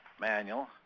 manual